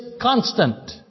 constant